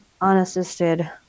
unassisted